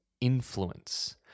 influence